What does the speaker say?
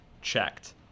checked